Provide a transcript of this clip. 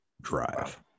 drive